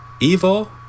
Evil